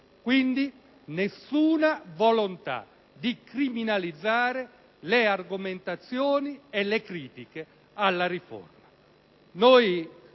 quindi nessuna volontà di criminalizzare le argomentazioni e le critiche alla riforma.